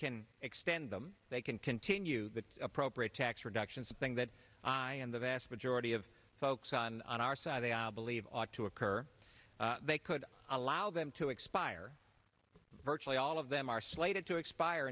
can extend them they can continue that appropriate tax reduction something that i and the vast majority of folks on on our side they believe ought to occur they could allow them to expire virtually all of them are slated to expire